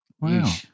Wow